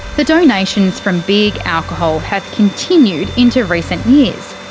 the donations from big alcohol have continued into recent years,